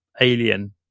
alien